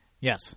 Yes